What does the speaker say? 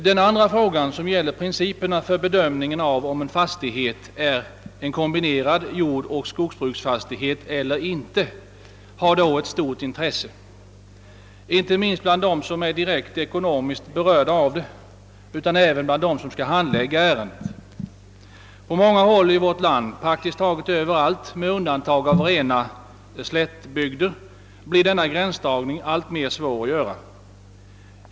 Den andra frågan gällde principerna för bedömningen av om en brukningsenhet utgöres av ett kombinerat jordoch skogsbruk eller inte. Den frågan har stort intresse framför allt för dem som är direkt ekonomiskt berörda men även för dem som skall handlägga sådana ärenden. Praktiskt taget överallt i vårt land med undantag för i rena slättbygder blir denna gränsdragning allt svårare.